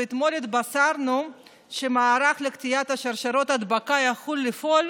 ואתמול התבשרנו שהמערך לקטיעת שרשרות ההדבקה יכול לפעול